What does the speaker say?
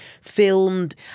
filmed